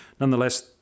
Nonetheless